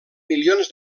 milions